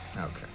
Okay